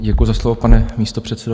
Děkuji za slovo, pane místopředsedo.